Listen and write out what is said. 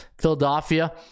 philadelphia